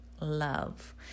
love